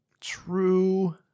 True